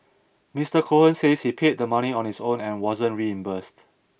Mister Cohen says he paid the money on his own and wasn't reimbursed